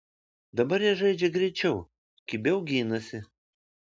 dabar jie žaidžia greičiau kibiau ginasi